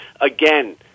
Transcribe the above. Again